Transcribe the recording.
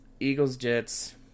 Eagles-Jets